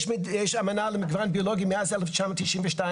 יש אמנה למגוון ביולוגי מאז 1992,